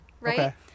right